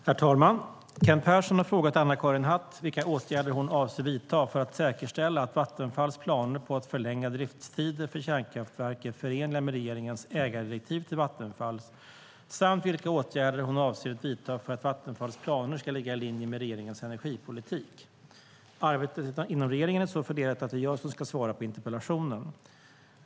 Herr talman! Kent Persson har frågat Anna-Karin Hatt vilka åtgärder hon avser att vidta för att säkerställa att Vattenfalls planer på att förlänga drifttider för kärnkraftverk är förenliga med regeringens ägardirektiv till Vattenfall samt vilka åtgärder hon avser att vidta för att Vattenfalls planer ska ligga i linje med regeringens energipolitik. Arbetet inom regeringen är så fördelat att det är jag som ska svara på interpellationen.